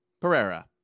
Pereira